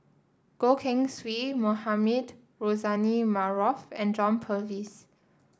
Goh Keng Swee Mohamed Rozani Maarof and John Purvis